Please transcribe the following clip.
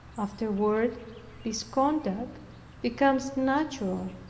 afterward this conduct becomes natural